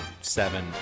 seven